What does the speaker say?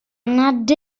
nad